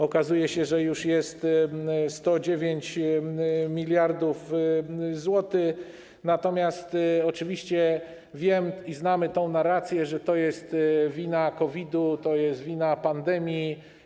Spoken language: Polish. Okazuje się, że już jest 109 mld zł, natomiast oczywiście wiem, znamy tę narrację, że to jest wina COVID-u, to jest wina pandemii.